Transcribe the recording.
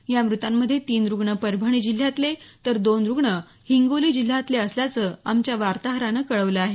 या मृतांमध्ये तीन रुग्ण परभणी जिल्ह्यातले तर दोन रुग्ण हिंगोली जिल्ह्यातले असल्याचं आमच्या वार्ताहरानं कळवल आहे